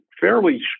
fairly